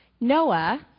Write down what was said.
Noah